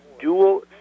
dual